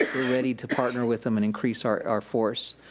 we're ready to partner with them and increase our our force.